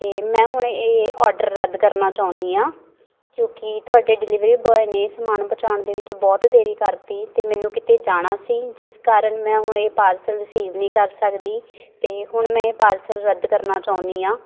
ਅਤੇ ਮੈਂ ਹੁਣ ਇਹ ਔਡਰ ਰੱਦ ਕਰਨਾ ਚਾਹੁੰਦੀ ਹਾਂ ਕਿਉਂਕਿ ਤੁਹਾਡੇ ਡਿਲੀਵਰੀ ਬੋਆਏ ਨੇ ਇਹ ਸਮਾਨ ਪਹੁੰਚਾਉਣ ਦੇ ਵਿੱਚ ਬਹੁਤ ਦੇਰੀ ਕਰਤੀ ਅਤੇ ਮੈਨੂੰ ਕਿਤੇ ਜਾਣਾ ਸੀ ਜਿਸ ਕਾਰਨ ਮੈਂ ਹੁਣ ਇਹ ਪਾਰਸਲ ਰਿਸੀਵ ਨਹੀਂ ਕਰ ਸਕਦੀ ਅਤੇ ਹੁਣ ਮੈਂ ਇਹ ਪਾਰਸਲ ਰੱਦ ਕਰਨਾ ਚਾਹੁੰਦੀ ਹਾਂ